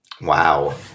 Wow